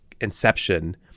inception